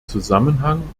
zusammenhang